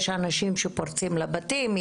יש אנשים שפורצים לבתים,